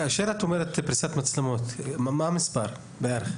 כאשר את אומרת פריסת מצלמות, מה המספר בערך?